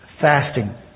Fasting